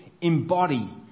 embody